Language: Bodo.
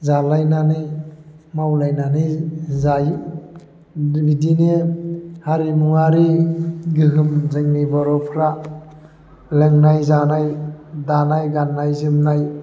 जालायनानै मावलायनानै जायो बिदिनो हारिमुवारि गोहोम जोंनि बर'फ्रा लोंनाय जानाय दानाय गाननाय जोमनाय